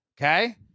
Okay